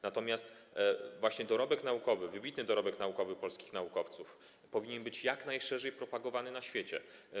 Natomiast właśnie dorobek naukowy, wybitny dorobek naukowy polskich naukowców powinien być jak najszerzej propagowany na świecie.